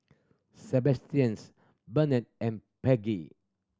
Sebastians Burnett and Paige